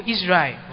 Israel